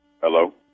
Hello